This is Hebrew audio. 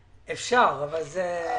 בחוק.